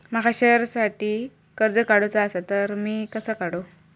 माका शेअरसाठी कर्ज काढूचा असा ता मी कसा काढू?